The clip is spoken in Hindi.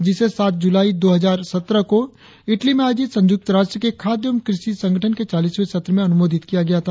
जिसे सात जुलाई दो हजार सत्रह को ईटली में आयोजित संयुक्त राष्ट्र के खाद्य एवं कृषि संगठन के चालीसवें सत्र में अनुमोदित किया गया था